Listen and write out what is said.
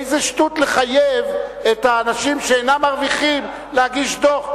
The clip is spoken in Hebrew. איזו שטות לחייב את האנשים שאינם מרוויחים להגיש דוח?